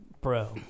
bro